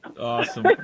Awesome